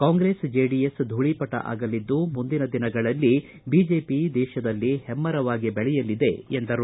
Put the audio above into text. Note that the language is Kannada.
ಕಾಂಗ್ರೆಸ್ ಜೆಡಿಎಸ್ ಧೂಳಿಪಟ ಆಗಲಿದ್ದು ಮುಂದಿನ ದಿನಗಳಲ್ಲಿ ಬಿಜೆಪಿ ದೇಶದಲ್ಲಿ ಹೆಮ್ನರವಾಗಿ ಬೆಳೆಯಲಿದೆ ಎಂದರು